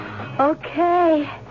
Okay